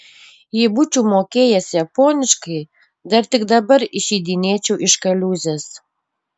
jei būčiau mokėjęs japoniškai dar tik dabar išeidinėčiau iš kaliūzės